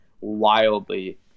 wildly